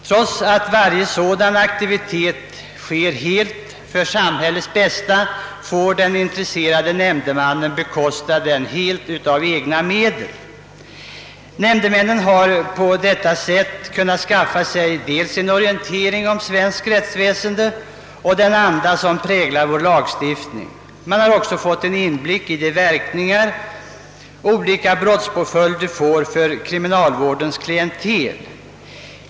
Trots att varje sådan aktivitet bedrives helt för samhällets bästa får den intresserade nämndemannen helt bekosta den med egna medel. Nämndemännen har på detta sätt kunnat skaffa sig dels en orientering om svenskt rättsväsende och den anda som präglar vår lagstiftning, dels en inblick i de verkningar som olika brottspåföljder får för kriminalvårdens klientel.